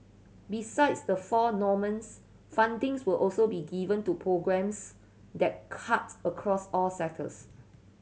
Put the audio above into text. besides the four domains fundings will also be given to programmes that cut across all sectors